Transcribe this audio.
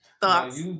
Thoughts